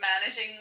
managing